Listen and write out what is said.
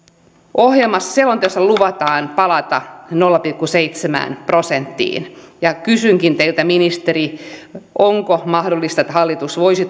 selonteossa luvataan palata nolla pilkku seitsemään prosenttiin kysynkin teiltä ministeri onko mahdollista että hallitus voisi